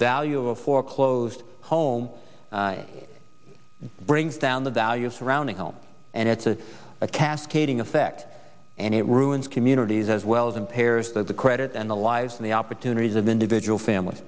value of a foreclosed home brings down the value of surrounding homes and it's a cascading effect and it ruins communities as well as impairs that the credit and the lives and the opportunities of individual families